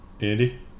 Andy